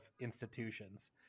institutions